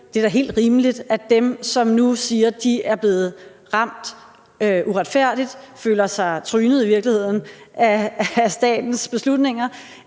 det da er helt rimeligt, at dem, der nu siger, at de er blevet ramt uretfærdigt og i virkeligheden føler sig trynet af statens beslutninger,